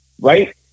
Right